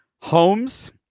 Homes